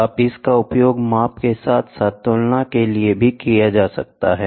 आप इसका उपयोग माप के साथ साथ तुलना के लिए भी कर सकते हैं